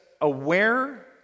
aware